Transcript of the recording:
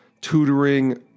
tutoring